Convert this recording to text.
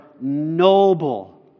noble